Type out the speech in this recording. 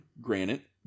granite